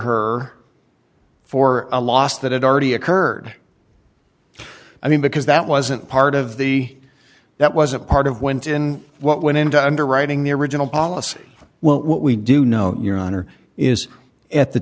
her for a loss that had already occurred i mean because that wasn't part of the that was a part of went in what went into underwriting the original policy well what we do know your honor is at the